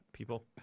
people